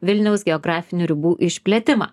vilniaus geografinių ribų išplėtimą